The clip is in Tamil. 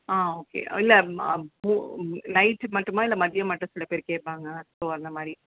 ஆ ஓகே இல்லை நைட் மட்டுமா இல்லை மதியம் மட்டும் சில பேர் கேட்பாங்க ஸோ அந்தமாதிரி